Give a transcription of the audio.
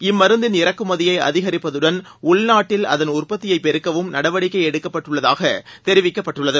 இம்மருந்தின் இறக்குமதியை அதிகரிப்பதுடன் உள்நாட்டில் அதன் உற்பத்தியை பெருக்கவும் நடவடிக்கை எடுக்கப்பட்டுள்ளதாகத் தெரிவிக்கப்பட்டுள்ளது